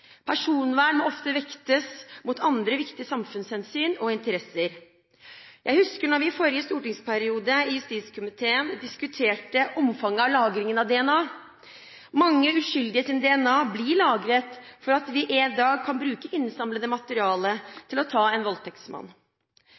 Personvern må ofte vektes mot andre viktige samfunnshensyn og interesser. Jeg husker da vi i forrige stortingsperiode i justiskomiteen diskuterte omfanget av lagringen av DNA. Mange uskyldiges DNA blir lagret for at vi en dag skal kunne bruke det innsamlede materialet til å ta en voldtektsmann.